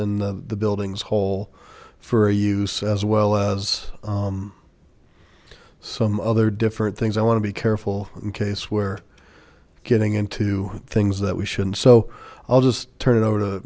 and the buildings whole for use as well as some other different things i want to be careful in case where getting into things that we shouldn't so i'll just turn it over to